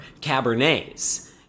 Cabernets